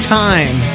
time